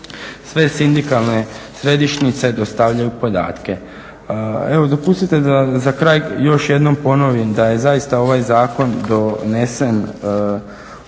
sve sindikalne središnjice dostavljaju podatke. Evo dopustite da za kraj još jednom ponovim da je zaista ovaj zakon donesen uz